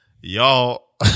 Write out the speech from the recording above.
Y'all